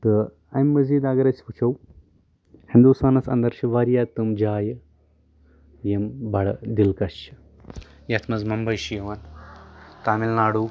تہٕ اَمہِ مٔزیٖد اَگر أسۍ وُچھو ہِنٛدُوستانَس اَندر چھِ واریاہ تٕمۍ جایہِ یِم بَڑٕ دَکش چھِ یَتھ منٛز ممبے چھِ یِوان تامل ناڈو